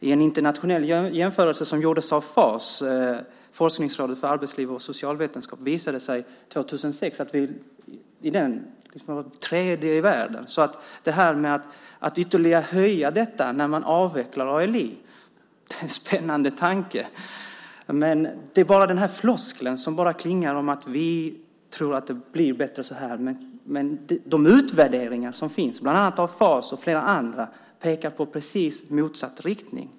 I en internationell jämförelse som gjordes av FAS, Forskningsrådet för arbetsliv och socialvetenskap, visade det sig 2006 att vi var nr 3 i världen. Det här med att ytterligare höja detta när man avvecklar ALI - det är en spännande tanke! Floskeln om att "vi tror att det blir bättre så här" klingar ut, men de utvärderingar som finns, bland annat av FAS och flera andra, pekar i precis motsatt riktning.